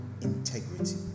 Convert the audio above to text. integrity